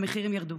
המחירים ירדו?